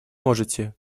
можете